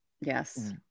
Yes